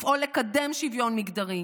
לפעול לקדם שוויון מגדרי.